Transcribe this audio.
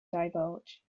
divulge